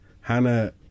Hannah